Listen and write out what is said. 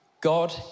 God